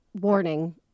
warning